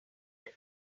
rule